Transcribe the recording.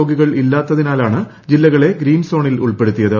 രോഗികൾ ഇല്ലാത്തതിനാലാണ് ജില്ലകളെ ഗ്രീൻ സോണിൽ ഉൾപ്പെടുത്തിയത്